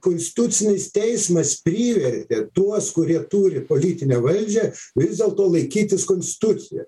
konstitucinis teismas privertė tuos kurie turi politinę valdžią vis dėlto laikytis konstitucija